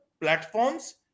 platforms